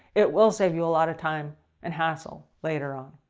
it will save you a lot of time and hassle later on.